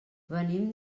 venim